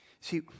see